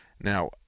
Now